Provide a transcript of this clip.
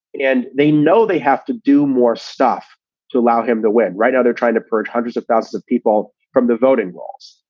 and they know they have to do more stuff to allow him to win. right now, they're trying to purge hundreds of thousands of people from the voting rolls.